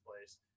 place